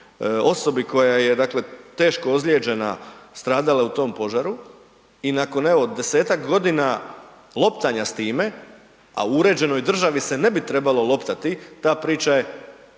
osoba koja je teško ozlijeđena stradala u tom požaru i nakon evo, 10-ak godina loptanja s time a u uređenoj državi se ne bi trebalo loptati, ta pričao je,